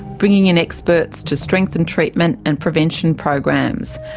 bringing in experts to strengthen treatment and prevention programs.